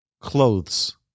clothes